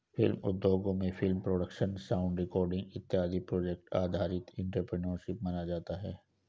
film उद्योगों में film production sound recording इत्यादि प्रोजेक्ट आधारित एंटरप्रेन्योरशिप माना जाता है